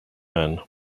man